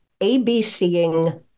ABCing